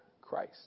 Christ